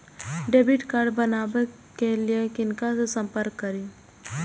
Debit card बनावे के लिए किनका से संपर्क करी?